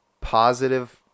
positive